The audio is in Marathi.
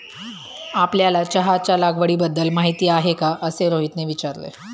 आपल्याला चहाच्या लागवडीबद्दल माहीती आहे का असे रोहितने विचारले?